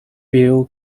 bill